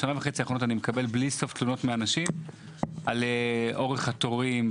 בשנה וחצי האחרונות אני מקבל בלי סוף תלונות מאנשים על אורך התורים.